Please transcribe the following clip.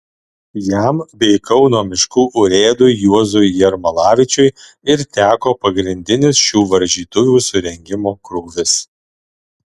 jam bei kauno miškų urėdui juozui jermalavičiui ir teko pagrindinis šių varžytuvių surengimo krūvis